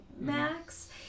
Max